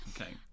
Okay